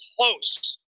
close